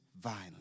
violence